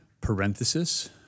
parenthesis